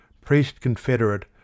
priest-confederate